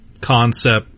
concept